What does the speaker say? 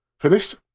Finished